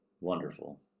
Wonderful